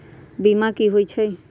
बीमा कि होई छई?